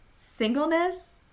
singleness